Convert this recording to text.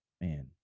Man